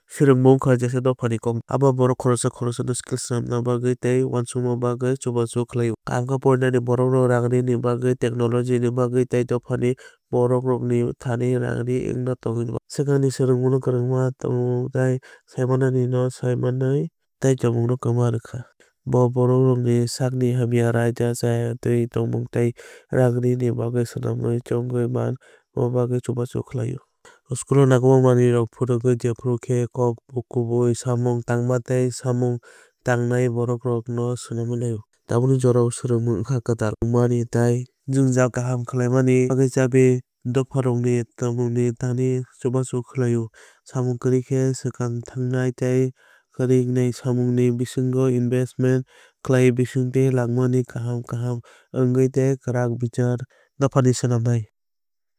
Swrwngmung wngkha jesa dophanikok. Abo borok khoroksa khoroksano skills swnamna bagwi tei uansukna bagwi chubachu khlaio. Kaham khe porinani borokrok rang rini bagwi technologyni bagwi tei dophani borokrokni thani rang ri wngwi thango. Swkangni swrwngmungbo kwrwngma tonngmung tei saimanani no saimanwui tei tongmung no kwma rwkha. Bo borokrokno sakni hamya raida chayatwi tongmung tei rang rini bagwi swnamwui tongwui manna bagwi chubachu khlaio. School o nangma manwui rok phunigwui jephru khe kok kubui samung tangma tei samung tangnai borok rok no swnam laio. Tabukni jorao swrwngmung wngkha kwtal wngmani tei jwngjal kaham khlainani bagwi chabi dopharokno thwngmungni thani chubachu khlaio. Swngmung kwrwi khe swkang thángnai tei kwrwi wngnai. Swngmungni bisingo investment khlai bisingtwi langmani kaham kaham wngui tei kwrak bichar dophani swnamnai.